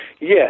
Yes